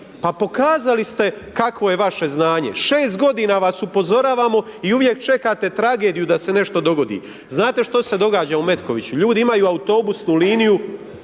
pa pokazali ste kakvo je vaše znanje, šest godina vas upozoravamo i uvijek čekate tragediju da se nešto dogodi. Znate što se događa u Metkoviću, ljudi imaju autobusnu liniju,